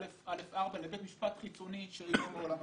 (א4) לבית משפט חיצוני שלא מעולם הכדורגל.